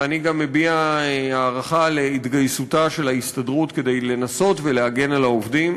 ואני גם מביע הערכה על התגייסותה של ההסתדרות לנסות ולהגן על העובדים,